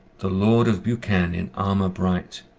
the lord of buchan, in armour bright,